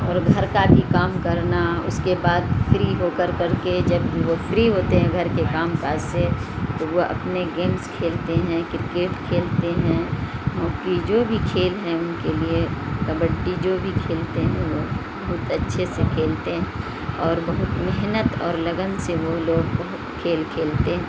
اور گھر کا بھی کام کرنا اس کے بعد فری ہو کر کر کے جب وہ فری ہوتے ہیں گھر کے کام کاج سے تو وہ اپنے گیمس کھیلتے ہیں کرکیٹ کھیلتے ہیں ہاکی جو بھی کھیل ہیں ان کے لیے کبڈی جو بھی کھیلتے ہیں وہ بہت اچھے سے کھیلتے ہیں اور بہت محنت اور لگن سے وہ لوگ بہت کھیل کھیلتے ہیں